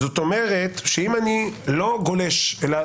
זאת אומרת שאם אני לא גולש על גלשן במקום האסור,